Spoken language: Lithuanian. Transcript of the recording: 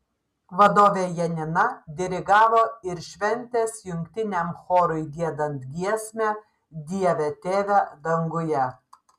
vadovė janina dirigavo ir šventės jungtiniam chorui giedant giesmę dieve tėve danguje